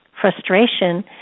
frustration